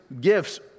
gifts